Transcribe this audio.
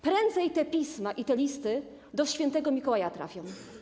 Prędzej te pisma i te listy do Świętego Mikołaja trafią.